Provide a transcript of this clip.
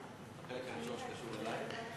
אפשר לחזור על החלק שמדבר עלי?